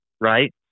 Right